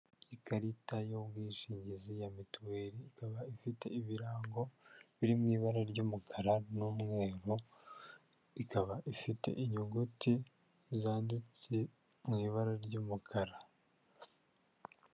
Ikarita y'ubwishingizi ya mituweli, ikaba ifite ibirango biri mu ibara ry'umukara n'umweru, ikaba ifite inyuguti zanditse mu ibara ry'umukara.